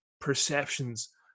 perceptions